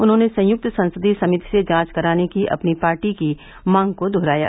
उन्होंने संयुक्त संसदीय समिति से जांच कराने की अपनी पार्टी की मांग को दोहराया